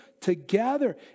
together